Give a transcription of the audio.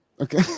okay